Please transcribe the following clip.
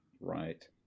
Right